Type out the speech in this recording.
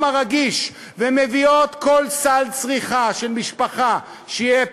הרגיש ומביאות כל סל צריכה של משפחה שיהיה